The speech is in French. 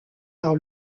par